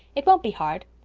it won't be hard.